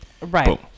Right